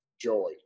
joy